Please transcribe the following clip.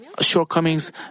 shortcomings